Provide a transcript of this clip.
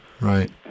right